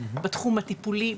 בתחום הטיפולי,